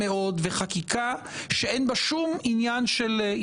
הם עשו דיון בשלוש דקות,